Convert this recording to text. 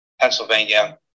Pennsylvania